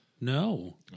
No